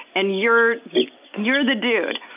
and you're you're the dude!